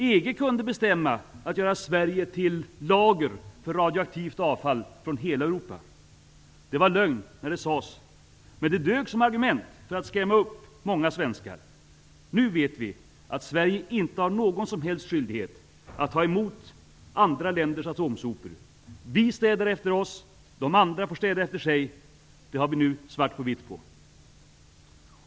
EG kunde bestämma att göra Sverige till lager för radioaktivt avfall från hela Europa! Det var lögn när det sades, men det dög som argument för att skrämma upp många svenskar. Nu vet vi att Sverige inte har någon som helst skyldighet att ta emot andra länders atomsopor. Vi städar efter oss. De andra får städa efter sig. Det har vi nu svart på vitt på!